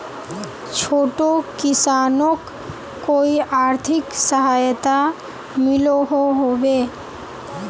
छोटो किसानोक कोई आर्थिक सहायता मिलोहो होबे?